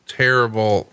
terrible